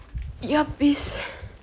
earpiece